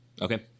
Okay